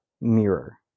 Mirror